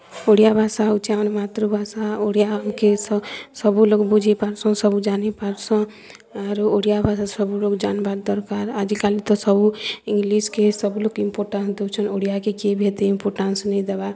ଓଡ଼ିଆ ଭାଷା ହଉଛେ ଆମର୍ ମାତୃଭାଷା ଓଡ଼ିଆ ଆମ୍କେ ସ ସବୁ ଲୋକ୍ ବୁଝି ପାର୍ସୁଁ ସବୁ ଜାନି ପାର୍ସୁଁ ଆରୁ ଓଡ଼ିଆ ଭାଷା ସବୁ ଲୋକ୍ ଜାନ୍ବା ଦର୍କାର୍ ଆଜି କାଲି ତ ସବୁ ଇଂଲିଶ୍କେ ସବୁ ଲୋକ୍ ଇମ୍ପୋଟାନ୍ସ୍ ଦଉଛନ୍ ଓଡ଼ିଆକେ କିଏ ବି ହେତେ ଇମ୍ପୋଟାନ୍ସ୍ ନେଇଁ ଦେବା